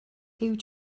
huw